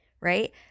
right